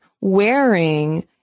wearing